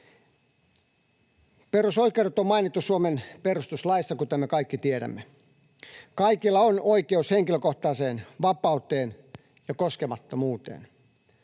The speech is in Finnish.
Perusoikeudet on mainittu Suomen perustuslaissa, kuten me kaikki tiedämme. Kaikilla on oikeus henkilökohtaiseen vapauteen ja koskemattomuuteen.